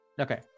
Okay